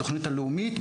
התוכנית הלאומית,